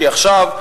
כי עכשיו,